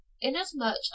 inasmuch